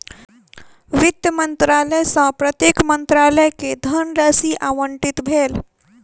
वित्त मंत्रालय सॅ प्रत्येक मंत्रालय के धनराशि आवंटित भेल